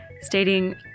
stating